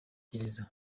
gereza